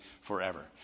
forever